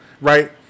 right